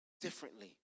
differently